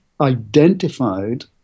identified